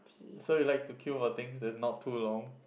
so you like to queue for things that not too long